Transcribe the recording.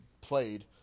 played